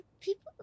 people